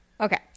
Okay